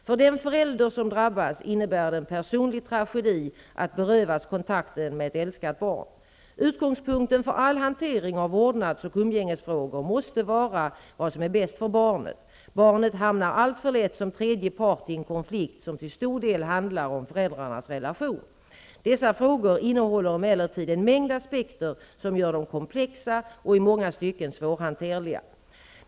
För den förälder som drabbas innebär det en personlig tragedi att berövas kontakten med ett älskat barn. Utgångspunkten för all hantering av vårdnads och umgängsfrågor måste vara vad som är bäst för barnet. Barnet hamnar alltför lätt som tredje part i en konflikt som till stor del handlar om föräldrarnas relation. Dessa frågor innehåller emellertid en mängd aspekter som gör dem komplexa och i många stycken svårhanterliga.